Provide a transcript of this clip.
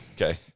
okay